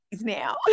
now